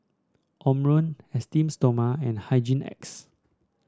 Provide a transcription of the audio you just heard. Omron Esteem Stoma and Hygin X